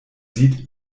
sieht